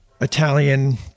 Italian